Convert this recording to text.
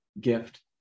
gift